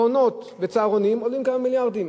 מעונות וצהרונים עולים כמה מיליארדים.